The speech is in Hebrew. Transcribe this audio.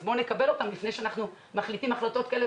אז בואו נקבל אותם לפני שאנחנו מחליטים החלטות כאלה